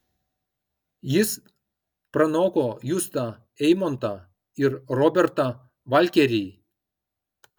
jis pranoko justą eimontą ir robertą valkerį